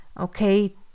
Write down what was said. okay